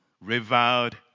reviled